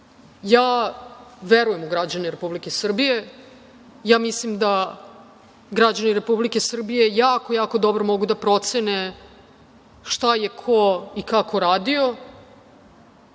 Ja verujem u građane Republike Srbije. Mislim da građani Republike Srbije jako, jako dobro mogu da procene šta je ko i kako